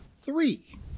three